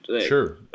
Sure